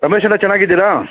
ರಮೇಶಣ್ಣ ಚೆನ್ನಾಗಿದ್ದೀರಾ